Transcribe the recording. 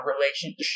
relationship